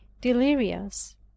delirious